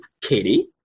Katie